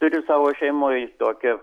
turiu savo šeimoj tokią